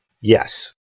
Yes